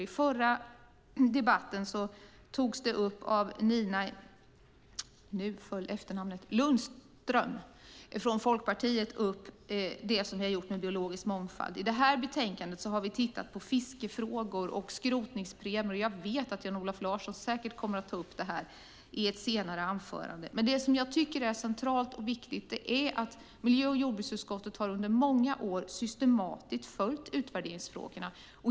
I den förra debatten tog Nina Lundström från Folkpartiet upp det som vi har gjort när det gäller biologisk mångfald. I det här betänkandet har vi tittat på fiskefrågor och skrotningspremier. Jag vet att Jan-Olof Larsson säkert kommer att ta upp detta i ett senare anförande. Det som jag tycker är centralt och viktigt är att miljö och jordbruksutskottet under många år systematiskt har följt utvärderingsfrågorna.